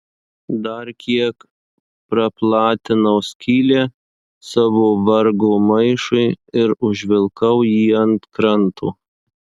dar kiek praplatinau skylę savo vargo maišui ir užvilkau jį ant kranto